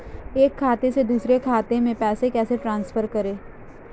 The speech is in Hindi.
एक खाते से दूसरे खाते में पैसे कैसे ट्रांसफर करें?